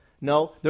No